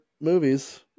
movies